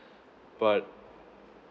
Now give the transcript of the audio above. but